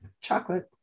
chocolate